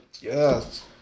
yes